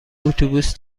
اتوبوس